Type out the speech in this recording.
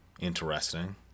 interesting